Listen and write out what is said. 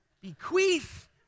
Bequeath